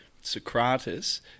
Socrates